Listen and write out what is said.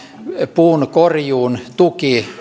puunkorjuun tuki